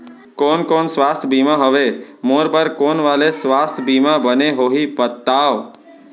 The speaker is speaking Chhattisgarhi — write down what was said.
कोन कोन स्वास्थ्य बीमा हवे, मोर बर कोन वाले स्वास्थ बीमा बने होही बताव?